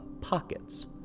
pockets